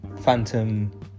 phantom